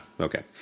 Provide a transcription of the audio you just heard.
Okay